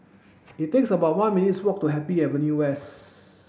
it is about one minutes' walk to Happy Avenue West